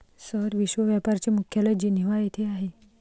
sir, विश्व व्यापार चे मुख्यालय जिनिव्हा येथे आहे